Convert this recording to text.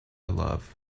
love